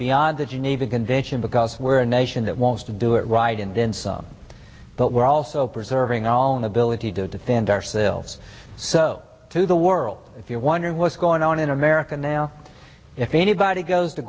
beyond the geneva convention because we're a nation that wants to do it right and then some but we're also preserving our own ability to defend ourselves so to the world if you're wondering what's going on in america now if anybody goes to